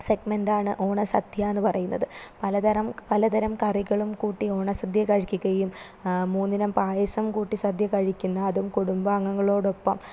segment ആണ് ഓണസദ്യ എന്ന് പറയുന്നത് പലതരം പലതരം കറികളും കൂട്ടി ഓണസദ്യ കഴിക്കുകയും മൂന്നിനം പായസം കൂട്ടി സദ്യ കഴിക്കുന്ന അതും കുടുംബാംഗങ്ങളോടൊപ്പം